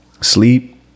Sleep